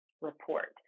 report